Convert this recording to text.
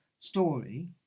story